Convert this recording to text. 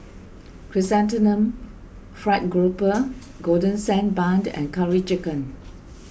Chrysanthemum Fried Grouper Golden Sand Bun and Curry Chicken